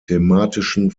thematischen